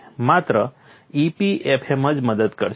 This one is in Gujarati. માત્ર EPFM જ મદદ કરશે